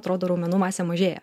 atrodo raumenų masė mažėja